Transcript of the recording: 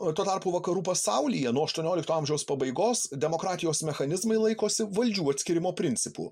o tuo tarpu vakarų pasaulyje nuo aštuoniolikto amžiaus pabaigos demokratijos mechanizmai laikosi valdžių atskyrimo principu